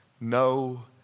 no